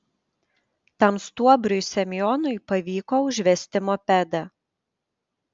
tam stuobriui semionui pavyko užvesti mopedą